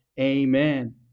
Amen